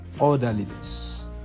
Orderliness